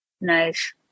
Nice